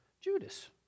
Judas